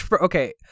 Okay